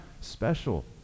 special